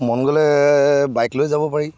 মন গ'লে বাইক লৈও যাব পাৰি